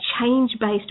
change-based